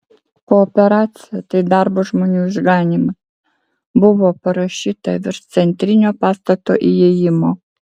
kooperacija tai darbo žmonių išganymas buvo parašyta virš centrinio pastato įėjimo